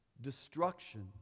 destruction